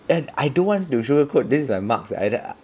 eh I don't want to sugarcoat this is my marks eh